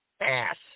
ass